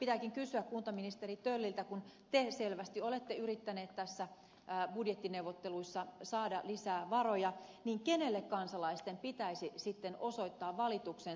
pitääkin kysyä kuntaministeri tölliltä kun te selvästi olette yrittänyt näissä budjettineuvotteluissa saada lisää varoja kenelle kansalaisten pitäisi sitten osoittaa valituksensa